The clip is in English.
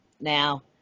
Now